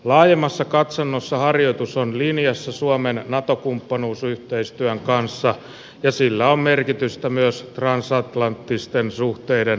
laajemmassa katsannossa harjoitus on linjassa suomen nato kumppanuusyhteistyön kanssa ja sillä on merkitystä myös transatlanttisten suhteiden vahvistamisessa